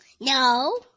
No